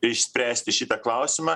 išspręsti šitą klausimą